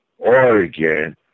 Oregon